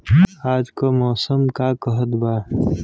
आज क मौसम का कहत बा?